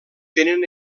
tenen